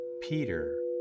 Peter